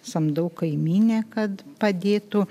samdau kaimynę kad padėtų